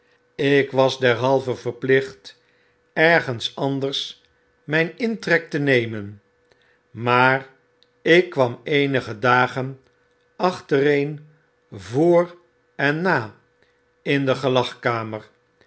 ik was derhalve verplicht ergens anders myn intrek te nemen maar ik kwam eenige dagen achtereen voor en na in de